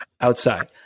Outside